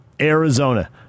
Arizona